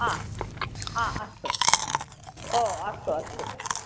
हा हा अस्तु ओ अस्तु अस्तु